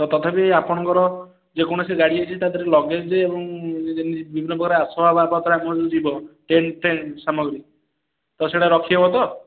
ତ ତଥାପି ଆପଣଙ୍କର ଯେକୌଣସି ଗାଡ଼ି ହେଇଛି ତା ଧିଏରେ ଲଗେଜ୍ ଏବଂ ଯେ ଯେମିତି ବିଭିନ୍ନ ଆସବାବପତ୍ର ଆମର ଯେଉଁ ଯିବ ଟେଣ୍ଟ୍ ଫେଣ୍ଟ୍ ସାମଗ୍ରୀ ତ ସେଇଟା ରଖି ହେବ ତ